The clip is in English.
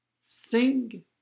Sing